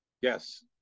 Yes